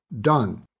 done